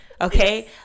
Okay